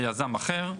ליזם אחר.